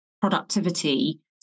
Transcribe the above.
productivity